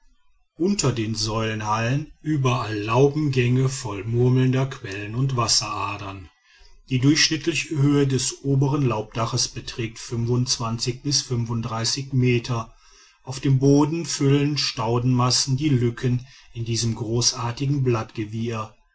unter den säulenhallen überall laubengänge voll murmelnder quellen und wasseradern die durchschnittliche höhe des obern laubdaches beträgt meter auf dem boden füllen staudenmassen die lücken in diesem großartigen blattgewirr